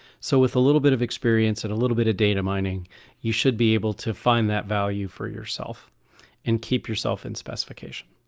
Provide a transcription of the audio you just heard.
so with a little bit of experience and a little bit of data mining you should be able to find that value for yourself and keep yourself in specification